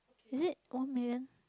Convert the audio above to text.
is it one million